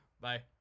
bye